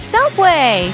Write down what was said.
Subway